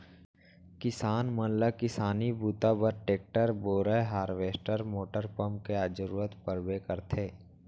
किसान मन ल किसानी बूता बर टेक्टर, बोरए हारवेस्टर मोटर पंप के जरूरत परबे करथे